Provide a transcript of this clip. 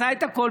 עשה את הכול,